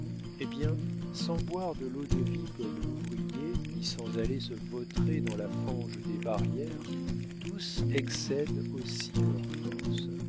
hé bien sans boire de l'eau-de-vie comme l'ouvrier ni sans aller se vautrer dans la fange des barrières tous excèdent aussi leurs forces